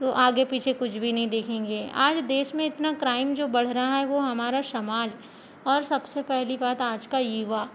तो आगे पीछे कुछ भी नहीं देखेंगे आज देश मे इतना क्राइम जो बढ़ रहा है वो हमारा समाज और सबसे पहली बात आज का युवा